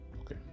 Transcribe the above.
Okay